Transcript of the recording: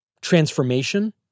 transformation